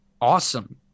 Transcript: awesome